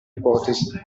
ipotesi